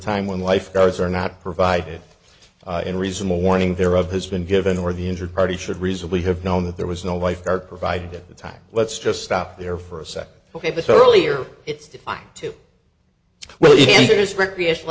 time when lifeguards are not provided in reasonable warning thereof has been given or the injured party should reasonably have known that there was no wife are provided at the time let's just stop there for a sec ok this earlier it's defined too well here is recreational